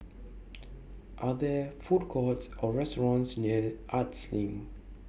Are There Food Courts Or restaurants near Arts LINK